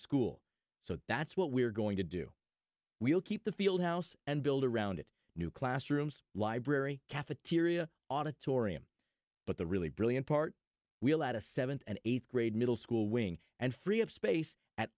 school so that's what we're going to do we'll keep the field house and build around it new classrooms library cafeteria auditorium but the really brilliant part we'll add a seventh and eighth grade middle school wing and free up space at